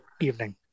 evening